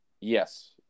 Yes